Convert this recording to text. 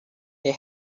they